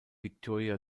victoria